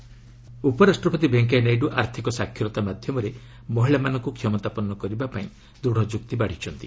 Naidu women ଉପରାଷ୍ଟ୍ରପତି ଭେଙ୍କୟା ନାଇଡୁ ଆର୍ଥିକ ସାକ୍ଷରତା ମାଧ୍ୟମରେ ମହିଳାମାନଙ୍କୁ କ୍ଷମତାପନ୍ନ କରିବା ପାଇଁ ଦୃଢ଼ ଯୁକ୍ତି ବାଢ଼ିଛନ୍ତି